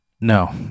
No